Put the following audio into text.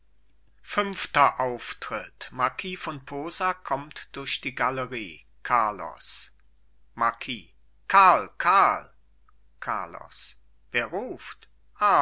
fünfter auftritt marquis von posa kommt durch die galerie carlos marquis karl karl carlos wer ruft